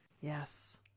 Yes